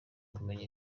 kumenya